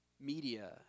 Media